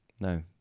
No